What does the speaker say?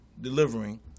delivering